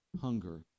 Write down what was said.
hunger